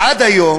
עד היום